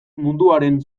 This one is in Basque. munduaren